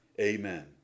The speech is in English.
Amen